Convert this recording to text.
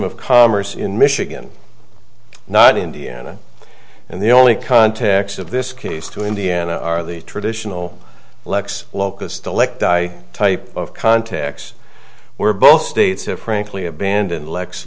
of commerce in michigan not indiana and the only context of this case to indiana are the traditional lex locust elect i type of contacts were both states have frankly abandoned lex